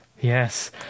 yes